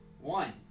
One